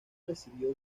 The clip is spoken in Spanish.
recibió